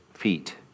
feet